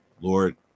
Lord